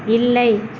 இல்லை